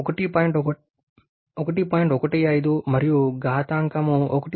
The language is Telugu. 15 మరియు ఘాతాంకం 1